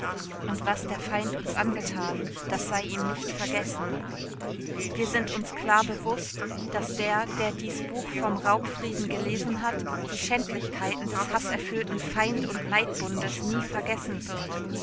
und was der feind uns angetan das sei ihm nicht vergessen wir sind uns klar bewußt daß der der dies buch vom raubfrieden gelesen hat die schändlichkeiten des haßerfüllten feind und neidbundes nie vergessen wird